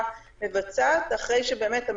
אבל כל כלי שייתן